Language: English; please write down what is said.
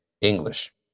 english